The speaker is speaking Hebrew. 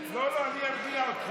לא, אני ארגיע אתכם.